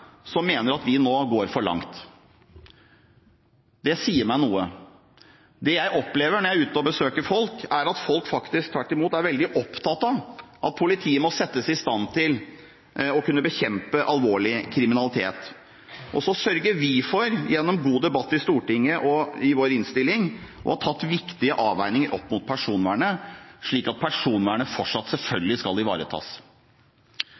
som mener at vi nå går for langt. Det sier meg noe. Det jeg opplever når jeg er ute og besøker folk, er at folk faktisk tvert imot er veldig opptatt av at politiet må settes i stand til å kunne bekjempe alvorlig kriminalitet. Og så sørger vi for – gjennom god debatt i Stortinget og i vår innstilling – å ta viktige avveininger opp mot personvernet, slik at personvernet fortsatt